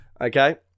okay